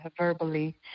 verbally